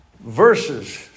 verses